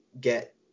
get